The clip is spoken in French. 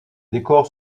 décors